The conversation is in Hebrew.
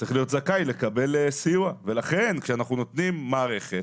צריך להיות זכאי לסיוע ולכן שאנחנו נותנים מערכת